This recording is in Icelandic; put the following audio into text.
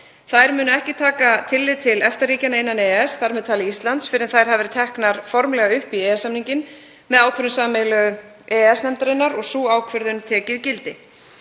Þær munu ekki taka tillit til EFTA-ríkjanna innan EES, þar með talið Íslands, fyrr en þær hafa verið teknar formlega upp í EES-samninginn með ákvörðun sameiginlegu EES-nefndarinnar og sú ákvörðun tekið gildi.